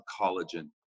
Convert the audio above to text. collagen